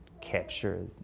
capture